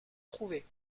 trouvés